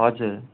हजुर